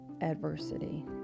adversity